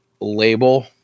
label